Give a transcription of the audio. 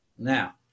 Now